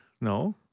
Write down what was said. no